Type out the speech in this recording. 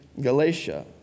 Galatia